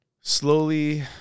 slowly